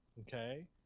Okay